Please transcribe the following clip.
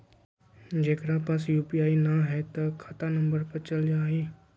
जेकरा पास यू.पी.आई न है त खाता नं पर चल जाह ई?